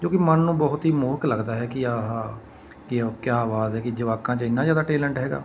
ਜੋ ਕਿ ਮਨ ਨੂੰ ਬਹੁਤ ਹੀ ਮੋਹਕ ਲੱਗਦਾ ਹੈ ਕਿ ਆਹਾ ਕਿਉਂ ਕਿਆ ਬਾਤ ਹੈ ਕਿ ਜਵਾਕਾਂ 'ਚ ਇੰਨਾ ਜ਼ਿਆਦਾ ਟੈਲੈਂਟ ਹੈਗਾ